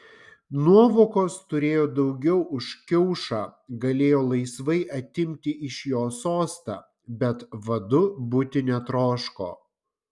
nuovokos turėjo daugiau už kiaušą galėjo laisvai atimti iš jo sostą bet vadu būti netroško